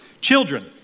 children